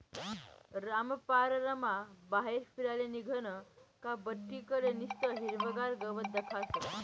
रामपाररमा बाहेर फिराले निंघनं का बठ्ठी कडे निस्तं हिरवंगार गवत दखास